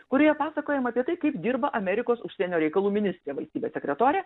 kurioje pasakojama apie tai kaip dirba amerikos užsienio reikalų ministrė valstybės sekretorė